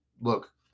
Look